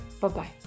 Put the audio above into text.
Bye-bye